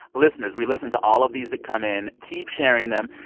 listeners, we listen to all of these that come in. keep sharing them.